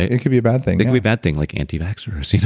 it can be a bad thing it could be bad thing like anti-vaxxers,